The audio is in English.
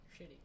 Shitty